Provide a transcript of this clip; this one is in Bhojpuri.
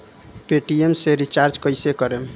पेटियेम से रिचार्ज कईसे करम?